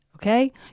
Okay